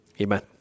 Amen